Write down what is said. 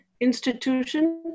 Institution